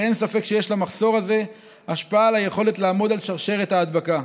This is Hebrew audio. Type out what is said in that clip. ואין ספק שיש למחסור זה השפעה על היכולת לעמוד על שרשרת ההדבקה.